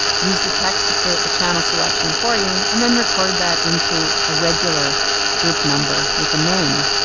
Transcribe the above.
use the text to create the channel selection for you, and then record that into a regular group number with a name.